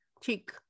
cheek